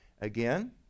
Again